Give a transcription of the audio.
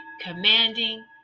commanding